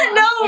no